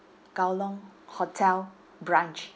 kowloon hotel branch